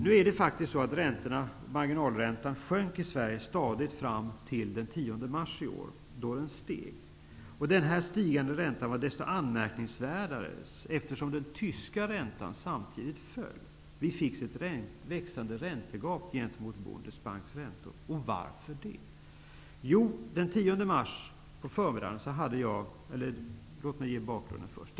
Nu är det faktiskt så att marginalräntan sjönk i Sverige stadigt fram till den 10 mars i år, då den steg. Att den gjorde det var desto mer anmärkningsvärt, eftersom den tyska räntan samtidigt föll. Vi fick ett växande räntegap mot Bundesbanks räntor. Och varför det? Låt mig ge bakgrunden först.